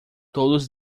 todos